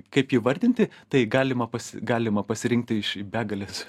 kaip įvardinti tai galima pasi galima pasirinkti iš begalės